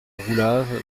roulave